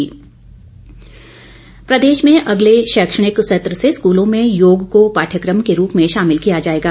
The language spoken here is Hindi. सुरेश भारद्वाज प्रदेश में अगले शैक्षणिक सत्र से स्कूलों में योग को पाठयक्रम के रूप में शामिल किया जाएगा